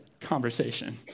conversation